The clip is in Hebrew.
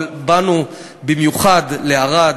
אבל באנו במיוחד לערד,